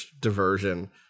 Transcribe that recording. diversion